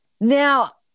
Now